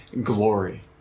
Glory